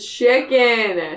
chicken